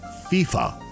FIFA